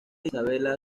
isabella